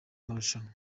marushanwa